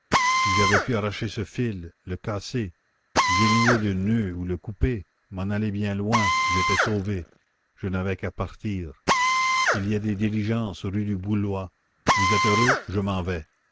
si j'avais pu arracher ce fil le casser dénouer le noeud ou le couper m'en aller bien loin j'étais sauvé je n'avais qu'à partir il y a des diligences rue du bouloy vous êtes heureux je m'en vais